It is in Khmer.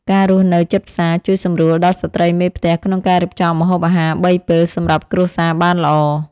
ការរស់នៅជិតផ្សារជួយសម្រួលដល់ស្ត្រីមេផ្ទះក្នុងការរៀបចំម្ហូបអាហារបីពេលសម្រាប់គ្រួសារបានល្អ។